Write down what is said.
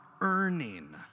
earning